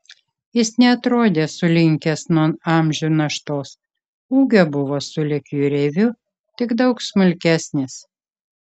jis neatrodė sulinkęs nuo amžių naštos ūgio buvo sulig jūreiviu tik daug smulkesnis